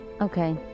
Okay